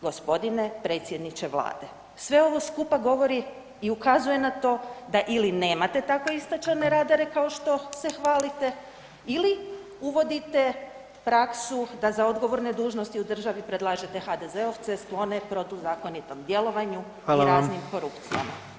Gospodine predsjedniče Vlade, sve ovo skupa govori i ukazuje na to da ili nemate kao istančane radare kao što se hvalite ili uvodite praksu da za odgovorne dužnosti u državi predlažete HDZ-ovce sklone protuzakonitom djelovanju [[Upadica: Hvala vam.]] i raznim korupcijama.